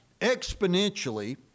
exponentially